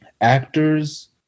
actors